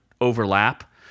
overlap